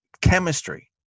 chemistry